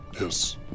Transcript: Yes